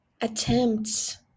attempts